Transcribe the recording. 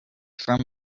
from